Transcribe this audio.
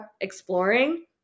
exploring